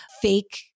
fake